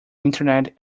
internet